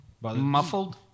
muffled